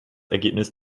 ergebnis